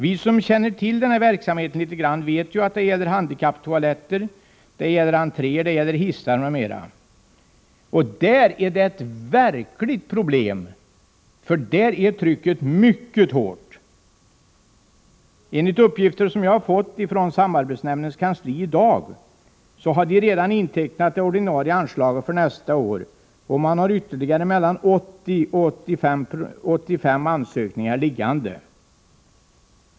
Vi som känner till denna verksamhet litet grand vet att det gäller handikapptoaletter. Vidare gäller det entréer, hissar, m.m. I detta avseende är det verkligt stora problem. Trycket är mycket hårt. Enligt uppgifter som jag har fått från samarbetsnämndens kansli i dag har det ordinarie anslaget för nästa år redan intecknats, och det finns ytterligare 80-85 ansökningar liggande.